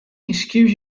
excuse